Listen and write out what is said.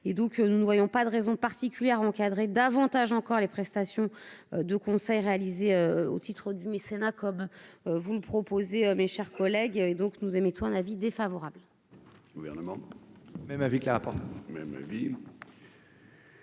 nous ne voyons pas de raison particulière encadrer davantage encore les prestations de conseil réalisés au titre du mécénat comme vous me proposer mes chers collègues, et donc nous émettons un avis défavorable.